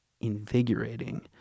invigorating